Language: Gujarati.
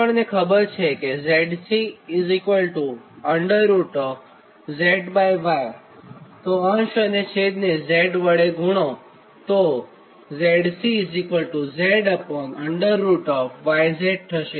આપણને ખબર છે કે ZCzy તો અંશ અને છેદને z વડે ગુણો તો ZCzyz થશે